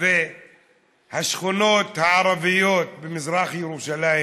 והשכונות הערביות במזרח ירושלים